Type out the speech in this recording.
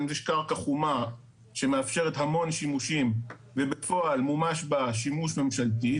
אם יש קרקע חומה שמאפשרת המון שימושים ובפועל מומש בה שימוש ממשלתי,